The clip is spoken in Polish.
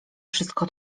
wszystko